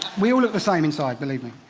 we all look the same inside, believe me.